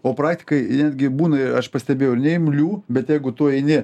o praktikai netgi būna ir aš pastebėjau neimlių bet jeigu tu eini